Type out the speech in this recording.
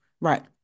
Right